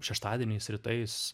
šeštadieniais rytais